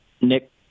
Nick